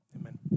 Amen